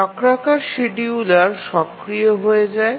চক্রাকার শিডিয়ুলার সক্রিয় হয়ে যায়